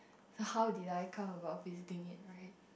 how did I come about visiting it right